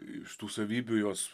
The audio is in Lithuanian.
iš tų savybių jos